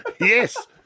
Yes